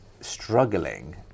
struggling